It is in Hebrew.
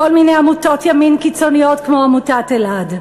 מיני עמותות ימין קיצוניות כמו עמותת אלע"ד.